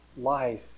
life